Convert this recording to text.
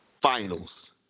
finals